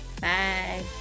Bye